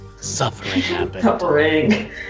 suffering